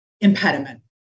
impediment